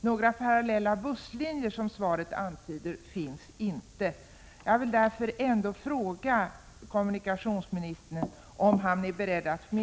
Några parallella busslinjer, som svaret antyder, finns inte.